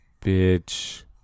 Bitch